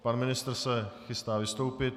Pan ministr se chystá vystoupit.